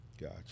gotcha